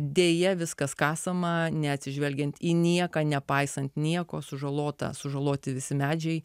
deja viskas kasama neatsižvelgiant į nieką nepaisant nieko sužalotą sužaloti visi medžiai